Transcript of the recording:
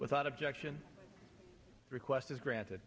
without objection request is granted